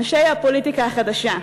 אנשי הפוליטיקה החדשה.